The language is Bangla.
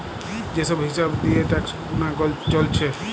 যে সব হিসাব দিয়ে ট্যাক্স গুনা চলছে